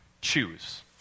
Choose